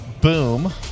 boom